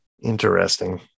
Interesting